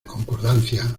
concordancia